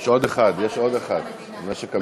יש עוד אחד, משק המדינה.